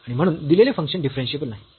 आणि म्हणून दिलेले फंक्शन डिफरन्शियेबल नाही